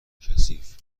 کثیف